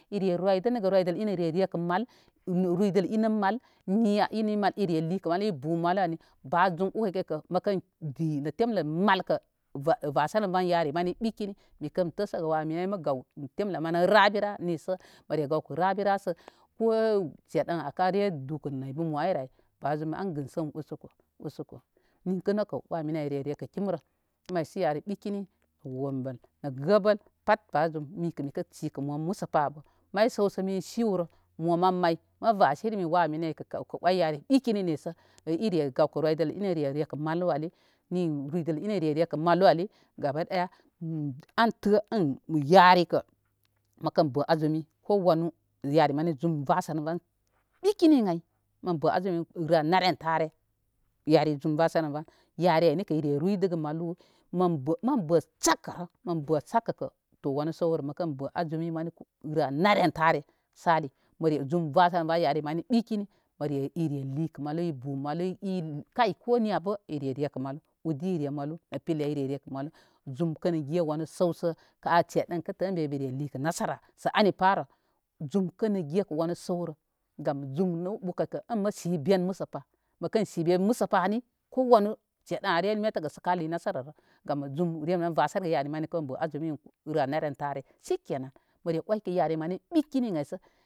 Ire roydənəgə roydəl ini re reka mal ruyde inə mal niya ini mal ire likə malu bukə mal ən ali ba jum ar kay kay kə məkən kpi nə temlə malkə vasərənvan yare mani ɓikini mikən təsəgə wa mini mə gaw nə temlə manə rabira nisə məre gawkə rabira sə ko seɗan kare dukə naybəy mo ay ay ba jum an gəsən usoko ninkə nəkə wa mini ay re rekə kimrə mə maysu yari ɓikini nə wombəl mə gəbəl pat bajum mikə shikə mo məsəpa abə may səwsə mi shiwrə mo mən may mə vasirime wa mini kə oy yari ɓikini nisə ire gawkə roydəl ini re rekə malu ali ni ruydəl ini re rekə malu ali gaba daya hm antə ən yarikə məkən bə azumi ko wanu yarimani zum vasərəm van ɓikinin ən ay mən bə azumi rən nare tare yari zum vasərəm van yari ay nəkə ire ruydəgə malu mənvə mə́nbə́ shakkarə mən bə shakka kə to wanə səwrə mə kən bə azumi mani rə anare tare sali məre zum vasən van yari mani ɓikini məre ire likə malo ibu malu ii kay koniya bə i re rekə malu, udi ire malu nə pila ire rekə malu zum kən ge wanə səw sə ka shedən kə tə ən be be re likə nasara sə am parə zum kən ge kə wanu səwrə gam zum nə ur kaykə ən mə si ben məsəpa məkən si ben məsəpa ni ko wanu shedan are metəgərə sə ka li nasara rə garu zum rem ren vasəgə ya rin mani məkən bə azumi rə anare nare dən tare shikenan məre oykə yari mani ɓikini ən ay sə.